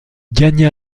gagna